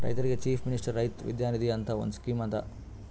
ರೈತರಿಗ್ chief minister ರೈತ ವಿದ್ಯಾ ನಿಧಿ ಅಂತ್ ಒಂದ್ ಸ್ಕೀಮ್ ಅದಾ